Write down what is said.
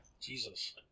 Jesus